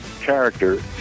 character